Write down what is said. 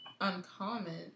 uncommon